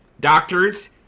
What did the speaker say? Doctors